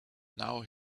now